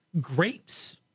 grapes